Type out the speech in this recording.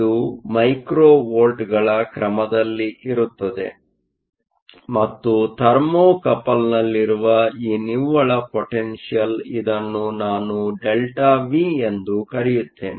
ಇದು ಮೈಕ್ರೋ ವೋಲ್ಟ್ಗಳ ಕ್ರಮದಲ್ಲಿರುತ್ತದೆ ಮತ್ತು ಥರ್ಮೋಕಪಲ್ನಲ್ಲಿರುವ ಈ ನಿವ್ವಳ ಪೊಟೆನ್ಷಿಯಲ್ ಇದನ್ನು ನಾನು ΔVಎಂದು ಕರೆಯುತ್ತೇನೆ